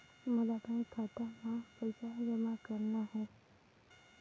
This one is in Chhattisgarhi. मोला बैंक खाता मां पइसा जमा करना हे?